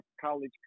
college